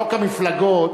חוק המפלגות,